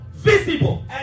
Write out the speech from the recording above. Visible